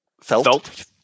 felt